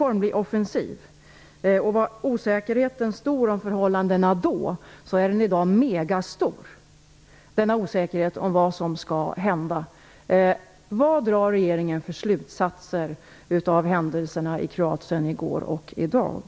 Om osäkerheten i fråga om vad som skall hända var stor då är den i dag megastor. Vad drar regeringen för slutsatser av händelserna i Kroatien i går och i dag?